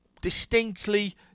distinctly